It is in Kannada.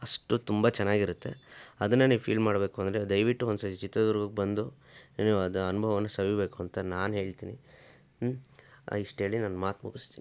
ಅಷ್ಟು ತುಂಬ ಚೆನ್ನಾಗಿರುತ್ತೆ ಅದನ್ನೇ ನೀವು ಫೀಲ್ ಮಾಡಬೇಕು ಅಂದರೆ ದಯವಿಟ್ಟು ಒಂದ್ಸತಿ ಚಿತ್ರದುರ್ಗಕ್ಕೆ ಬಂದು ನೀವು ಅದು ಅನುಭವವನ್ನ ಸವಿಬೇಕು ಅಂತ ನಾನು ಹೇಳ್ತೀನಿ ಇಷ್ಟು ಹೇಳಿ ನನ್ನ ಮಾತು ಮುಗಿಸ್ತೀನಿ